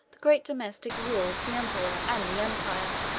the great domestic ruled the emperor and the empire